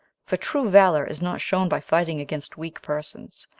for true valor is not shown by fighting against weak persons,